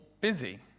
busy